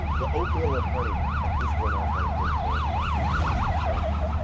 the oatmeal and honey, i just went off on a whole tangent on on pendleton,